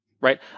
right